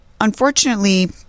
unfortunately